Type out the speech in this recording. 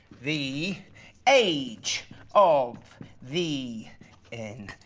the age of the and